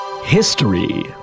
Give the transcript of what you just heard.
History